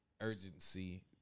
urgency